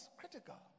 critical